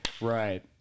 Right